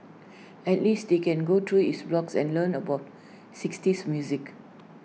at least they can go through his blogs and learn about sixties music